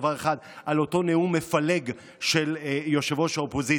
דבר אחד על אותו נאום מפלג של ראש האופוזיציה.